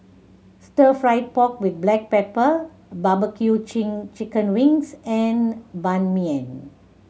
Stir Fried Pork With Black Pepper barbecue chin chicken wings and Ban Mian